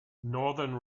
northern